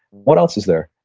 what else is there?